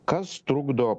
kas trukdo